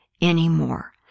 anymore